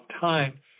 time